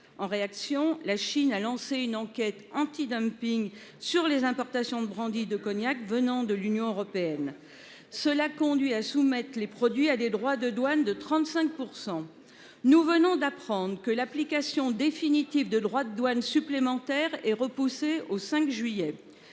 en réaction, a lancé une enquête antidumping sur les importations de brandy et de cognac venant d’Europe, qui a conduit à soumettre ces produits à des droits de douane de 35 %. Nous venons d’apprendre que l’application définitive de droits de douane supplémentaires est reportée au 5 juillet